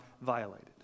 violated